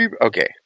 Okay